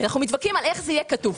אנחנו מתווכחים איך זה יהיה כתוב.